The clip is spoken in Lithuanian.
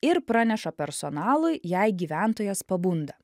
ir praneša personalui jei gyventojas pabunda